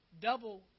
double